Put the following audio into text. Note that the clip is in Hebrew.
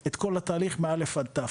את ככול התהליך מאל"ף עד ת"ו.